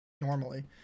Normally